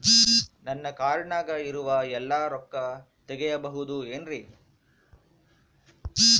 ನನ್ನ ಕಾರ್ಡಿನಾಗ ಇರುವ ಎಲ್ಲಾ ರೊಕ್ಕ ತೆಗೆಯಬಹುದು ಏನ್ರಿ?